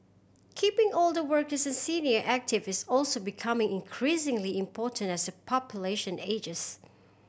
keeping older workers and senior active is also becoming increasingly important as the population ages